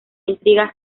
intriga